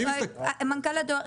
מנכ"ל הדואר,